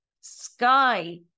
Sky